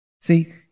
See